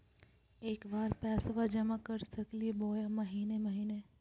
एके बार पैस्बा जमा कर सकली बोया महीने महीने?